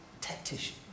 tactician